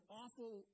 awful